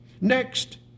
Next